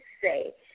say